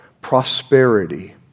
prosperity